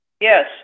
yes